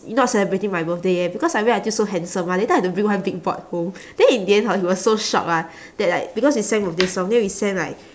not celebrating my birthday eh because I wear until so handsome ah later I have to bring one big board home then in the end hor he was so shocked ah that like because we sang birthday song then we sang like